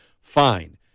Fine